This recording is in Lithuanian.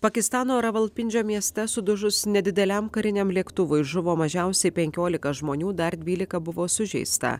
pakistano ravalpindžio mieste sudužus nedideliam kariniam lėktuvui žuvo mažiausiai penkiolika žmonių dar dvylika buvo sužeista